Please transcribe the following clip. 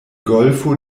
golfo